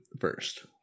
first